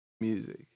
music